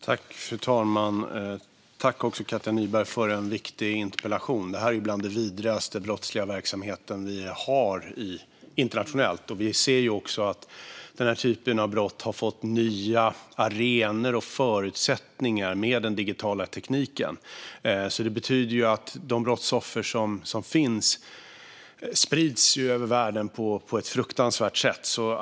Fru talman! Tack, Katja Nyberg, för en viktig interpellation! Det här är bland den vidrigaste brottsliga verksamhet vi har internationellt. Vi ser också att denna typ av brott har fått nya arenor och förutsättningar med den digitala tekniken. Det betyder att de brottsoffer som finns sprids över världen på ett fruktansvärt sätt.